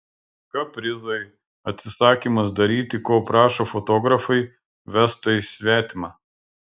kaprizai atsisakymas daryti ko prašo fotografai vestai svetima